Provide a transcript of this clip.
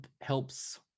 helps